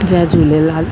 Jay Jhulelal